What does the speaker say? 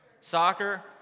Soccer